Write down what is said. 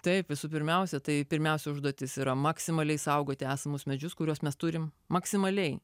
taip visų pirmiausia tai pirmiausia užduotis yra maksimaliai saugoti esamus medžius kuriuos mes turim maksimaliai